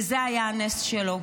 וזה היה הנס שלו.